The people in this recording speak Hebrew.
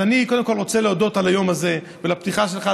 אז אני קודם כול רוצה להודות על היום הזה ועל הפתיחה שלך,